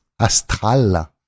astral